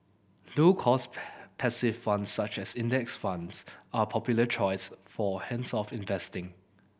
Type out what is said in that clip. low cost passive funds such as Index Funds are a popular choice for hands off investing